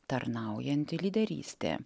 tarnaujanti lyderystė